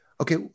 Okay